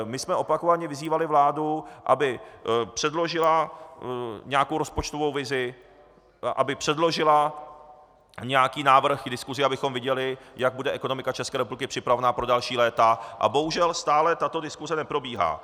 My jsme opakovaně vyzývali vládu, aby předložila nějakou rozpočtovou vizi, aby předložila nějaký návrh k diskusi, abychom viděli, jak bude ekonomika České republiky připravena pro další léta, a bohužel stále tato diskuse neprobíhá.